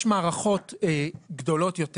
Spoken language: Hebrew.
יש מערכות גדולות יותר.